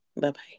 Bye-bye